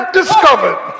discovered